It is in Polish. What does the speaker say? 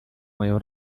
mają